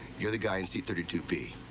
you're the guy in seat thirty two b.